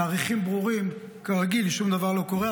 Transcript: תאריכים ברורים, כרגיל שום דבר לא קורה.